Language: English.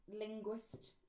linguist